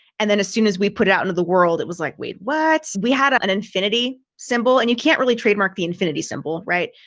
and then as soon as we put out into the world, it was like, wait, what we had an infinity symbol, and you can't really trademark the infinity symbol, right?